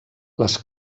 les